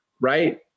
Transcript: right